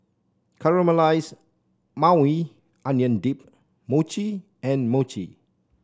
Caramelized Maui Onion Dip Mochi and Mochi